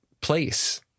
place